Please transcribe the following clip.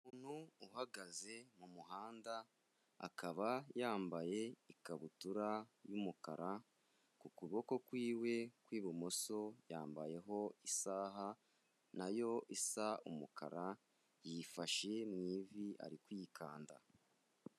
Umuntu uhagaze mumuhanda, akaba yambaye ikabutura y'umukara, ku kuboko kwiwe kw'ibumoso yambayeho isaha nayo isa umukara, yifashe mu ivi ari kwikanda.